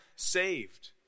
saved